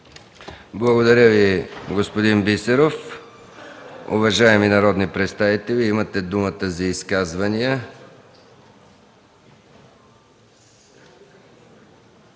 Благодаря Ви, господин Бисеров. Уважаеми народни представители, имате думата за изказвания.